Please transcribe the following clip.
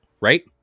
right